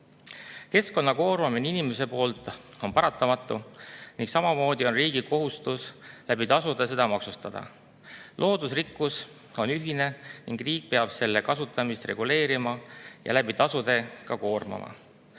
Keskkonna koormamine inimese poolt on paratamatu ning samamoodi on riigi kohustus tasude kaudu seda maksustada. Loodusrikkus on ühine ning riik peab selle kasutamist reguleerima ja tasude kaudu ka koormama.